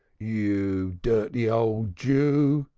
you dirty old jew,